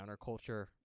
counterculture